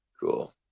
Cool